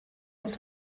uns